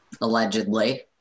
allegedly